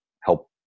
help